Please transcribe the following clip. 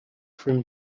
from